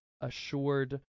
assured